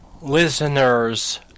listeners